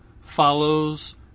follows